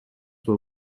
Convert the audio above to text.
were